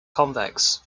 convex